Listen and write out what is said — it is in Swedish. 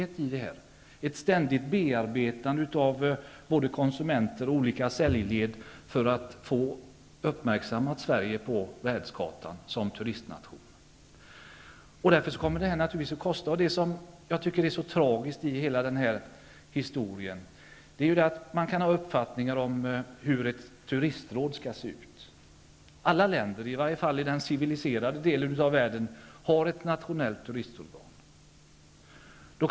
Det är fråga om ett ständigt bearbetande av konsumenter och olika säljled för att få Sverige uppmärksammad som turistnation på världskartan. Därför kommer verksamheten naturligtvis att kosta. Det finns en, som jag tycker, mycket tragisk aspekt i den här historien. Man kan ha olika uppfattningar om hur ett Turistråd skall se ut. Alla länder, i alla fall i den civiliserade delen av världen, har ett nationellt turistorgan.